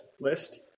list